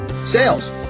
sales